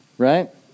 right